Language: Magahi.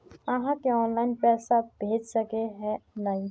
आहाँ के ऑनलाइन पैसा भेज सके है नय?